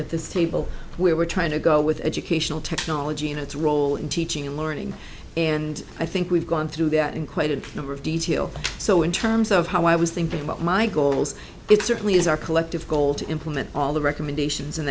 at this table where we're trying to go with educational technology and its role in teaching and learning and i think we've gone through that in quite a number of detail so in terms of how i was thinking about my goals it certainly is our collective goal to implement all the recommendations